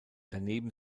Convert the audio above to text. daneben